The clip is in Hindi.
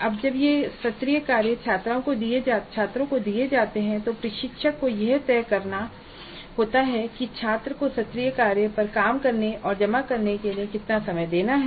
अब जब ये सत्रीय कार्य छात्रों को दिए जाते हैं तो प्रशिक्षक को यह तय करना होता है कि छात्र को सत्रीय कार्य पर काम करने और जमा करने के लिए कितना समय देना है